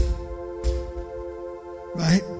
Right